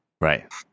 right